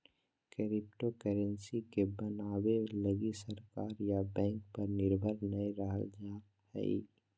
cryptocurrency के बनाबे लगी सरकार या बैंक पर निर्भर नय रहल जा हइ